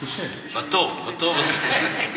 בטוב, בטוב הזה.